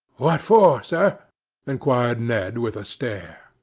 what for, sir inquired ned, with a stare.